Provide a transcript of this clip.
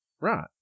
right